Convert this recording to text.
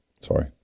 Sorry